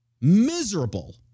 Miserable